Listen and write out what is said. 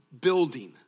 building